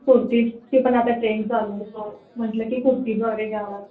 कुर्तीजची पण आता ट्रेंड चालू आहे सो म्हटलं की कुर्तीज वगैरे घ्याव्यात